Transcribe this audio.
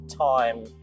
time